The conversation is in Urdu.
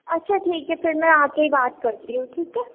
اچھا ٹھیک ہے پھر میں آ کے ہی بات کرتی ہوں ٹھیک ہے